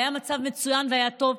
והיה מצב מצוין והיה טוב,